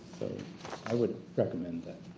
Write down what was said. i would recommend that.